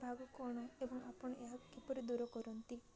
ଭାବୁ କ'ଣ ଏବଂ ଆପଣ ଏହାକୁ କିପରି ଦୂର କରନ୍ତି